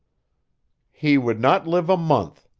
he would not live a month,